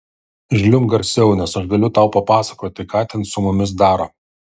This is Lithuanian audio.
žliumbk garsiau nes aš galiu tau papasakoti ką ten su mumis daro